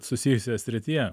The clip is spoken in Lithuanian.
susijusioje srityje